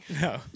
no